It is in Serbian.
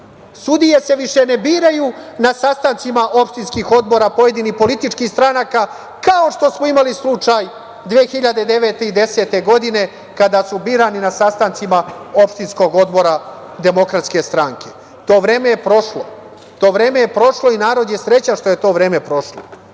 biraju. Sudije se više ne biraju na sastancima opštinskih odbora pojedinih političkih stranaka, kao što smo imali slučaj 2009. i 2010. godine, kada su birani na sastancima opštinskog Odbora DS. To vreme je prošlo. To vreme je prošlo i narod je srećan što je to vreme prošlo.